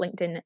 LinkedIn